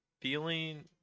Feeling